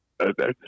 Okay